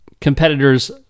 competitors